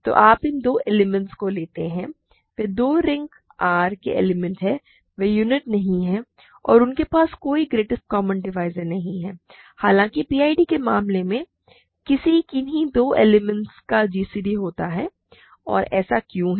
तो आप इन दो एलिमेंट्स को लेते हैं वे दोनों रिंग R के एलिमेंट हैं वे यूनिट नहीं हैं और उनके पास कोई ग्रेटेस्ट कॉमन डिवाइज़र नहीं है हालाँकि पीआईडी के मामले में किसी किन्ही दो एलिमेंट्स का gcd होता है और ऐसा क्यों है